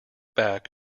back